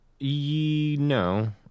no